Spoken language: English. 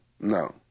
No